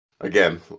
Again